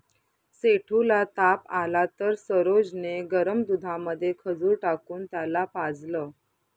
सेठू ला ताप आला तर सरोज ने गरम दुधामध्ये खजूर टाकून त्याला पाजलं